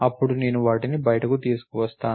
అప్పుడు నేను వాటిని బయటకు తీసుకువస్తాను